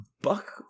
Buck